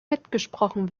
mitgesprochen